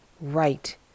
Right